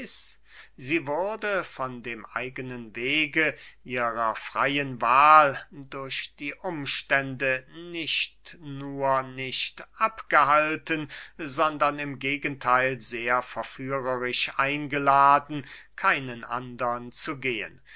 sie wurde von dem eigenen wege ihrer freyen wahl durch die umstände nicht nur nicht abgehalten sondern im gegentheil sehr verführerisch eingeladen keinen andern zu gehen